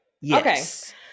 Yes